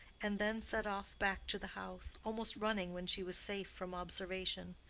and then set off back to the house, almost running when she was safe from observation.